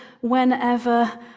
whenever